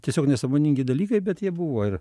tiesiog nesąmoningi dalykai bet jie buvo ir